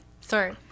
Sorry